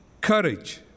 courage